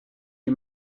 you